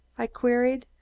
i queried.